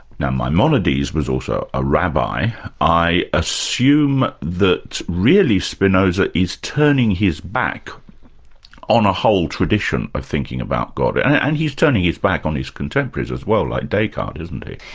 now maimonides was also a rabbi i assume that really spinoza is turning his back on a whole tradition of thinking about god, and he's turning his back on his contemporaries as well, like descartes, isn't he?